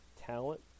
talent